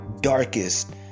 darkest